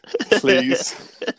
please